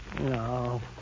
No